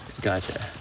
Gotcha